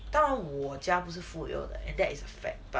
当然我家不是富有的 and that it's a fact but